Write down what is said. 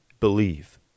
Believe